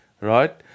right